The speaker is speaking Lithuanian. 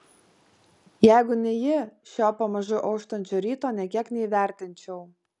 jeigu ne ji šio pamažu auštančio ryto nė kiek neįvertinčiau